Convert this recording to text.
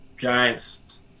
Giants